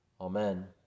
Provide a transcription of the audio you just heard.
Amen